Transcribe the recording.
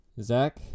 Zach